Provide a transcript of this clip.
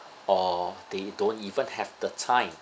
or they don't even have the time